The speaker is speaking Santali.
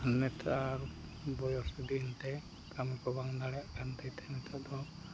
ᱱᱮᱛᱟᱨ ᱵᱚᱭᱚᱥ ᱤᱫᱤᱭᱮᱱᱛᱮ ᱠᱟᱹᱢᱤ ᱠᱚ ᱵᱟᱝ ᱫᱟᱲᱮᱭᱟᱜ ᱠᱟᱱᱛᱮ ᱱᱤᱛᱚᱜ ᱫᱚ